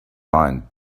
mind